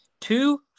two